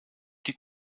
die